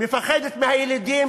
מפחדת מהילידים,